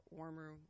warmer